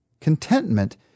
Contentment